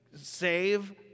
save